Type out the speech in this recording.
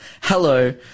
hello